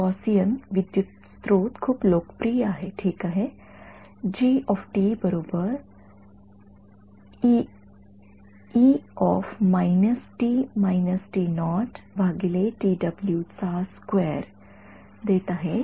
Gaussian विद्युतप्रवाह स्त्रोत खूप लोकप्रिय आहे ठीक आहे